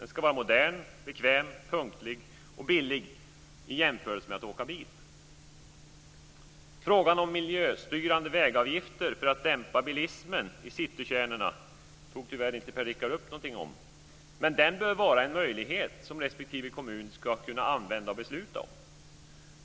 Den ska vara modern, bekväm, punktlig och billig i jämförelse med att åka bil. Frågan om miljöstyrande vägavgifter för att dämpa bilismen i citykärnorna, vilket Per-Richard Molén tyvärr inte tog upp, bör vara en möjlighet som respektive kommun ska kunna använda och fatta beslut om.